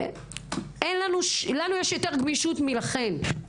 לנו יש יותר גמישות מלכן.